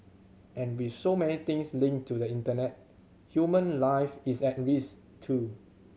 and with so many things linked to the Internet human life is at risk too